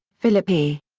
philip e.